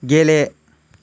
गेले